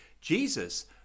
Jesus